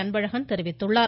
அன்பழகன் தெரிவித்துள்ளார்